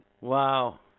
wow